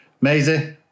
Maisie